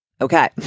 Okay